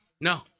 No